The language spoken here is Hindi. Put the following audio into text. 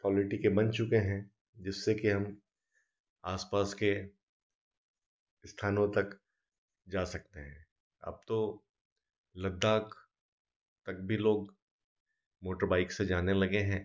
क्वालिटी के बन चुके हैं जिससे कि हम आसपास के स्थानों तक जा सकते हैं अब तो लद्दाख तक भी लोग मोटर बाइक़ से जाने लगे हैं